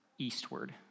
eastward